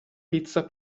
pizza